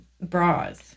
bras